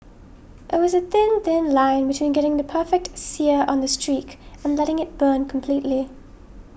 it was a thin thin line between getting the perfect sear on the streak and letting it burn completely